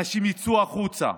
אנשים יצאו החוצה.